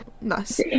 Nice